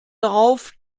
darauf